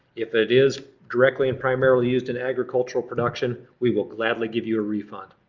if it is directly and primarily used in agricultural production, we will gladly give you a refund.